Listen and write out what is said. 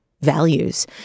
values